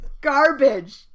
Garbage